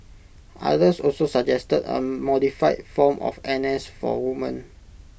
others also suggested A modified form of N S for women